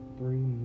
three